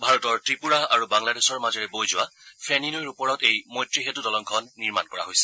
ভাৰতৰ ত্ৰিপূৰা আৰু বাংলাদেশৰ মাজেৰে বৈ যোৱা ফেনী নৈৰ ওপৰত এই মৈত্ৰী সেঁতৃ দলংখন নিৰ্মাণ কৰা হৈছে